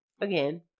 again